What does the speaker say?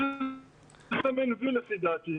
כי ברגע שמאפשרים לתלמידים להשמיע את מה שיש להם על הלב,